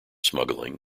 smuggling